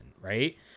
right